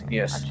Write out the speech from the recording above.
yes